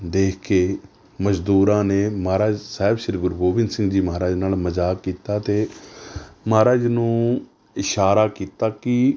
ਦੇਖ ਕੇ ਮਜ਼ਦੂਰਾਂ ਨੇ ਮਹਾਰਾਜ ਸਾਹਿਬ ਸ਼੍ਰੀ ਗੁਰੂ ਗੋਬਿੰਦ ਸਿੰਘ ਜੀ ਮਹਾਰਾਜ ਨਾਲ ਮਜ਼ਾਕ ਕੀਤਾ ਅਤੇ ਮਹਾਰਾਜ ਨੂੰ ਇਸ਼ਾਰਾ ਕੀਤਾ ਕਿ